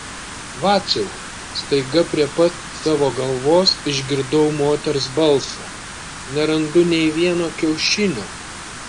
vaciau staiga prie pat savo galvos išgirdau moters balsą nerandu nė vieno kiaušinio